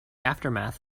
aftermath